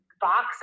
box